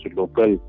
local